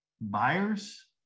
buyers